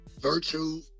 Virtue